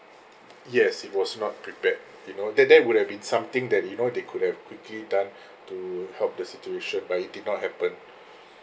yes it was not prepared you know that that would have been something that you know they could have quickly done to help the situation but it did not happen